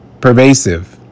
pervasive